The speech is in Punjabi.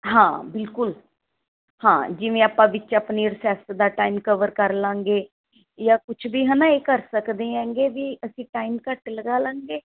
ਹਾਂ ਬਿਲਕੁਲ ਹਾਂ ਜਿਵੇਂ ਆਪਾਂ ਵਿੱਚ ਆਪਣੀ ਰਿਸੈਸ ਦਾ ਟਾਈਮ ਕਵਰ ਕਰ ਲਵਾਂਗੇ ਜਾਂ ਕੁਛ ਵੀ ਹੈ ਨਾ ਇਹ ਕਰ ਸਕਦੇ ਹੈਂਗੇ ਵੀ ਅਸੀਂ ਟਾਈਮ ਘੱਟ ਲਗਾ ਲਵਾਂਗੇ